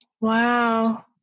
Wow